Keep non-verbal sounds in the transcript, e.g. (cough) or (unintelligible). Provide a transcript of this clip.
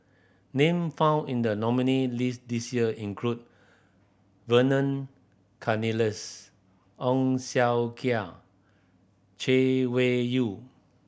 name found in the nominee list this year include Vernon Cornelius Ong (unintelligible) Chay (unintelligible) Yew